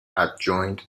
adjoint